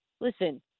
listen